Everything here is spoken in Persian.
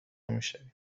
میشویم